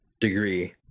degree